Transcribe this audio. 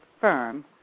firm